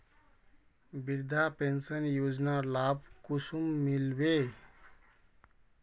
वृद्धा पेंशन योजनार लाभ कुंसम मिलबे?